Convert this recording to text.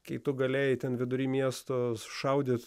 kai tu galėjai ten vidury miesto šaudyti